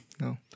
no